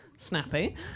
Snappy